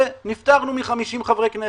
ונפטרנו מ-50 חברי כנסת.